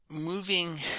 Moving